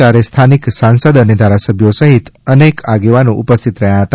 ત્યારે સ્થાનિક સાંસદ અને ધારાસભ્યો સહિત અનેક આગેવાન ઉપસ્થિત હતા